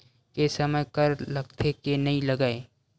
के समय कर लगथे के नइ लगय?